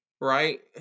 Right